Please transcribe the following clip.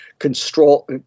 control